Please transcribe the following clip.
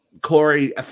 Corey